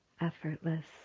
effortless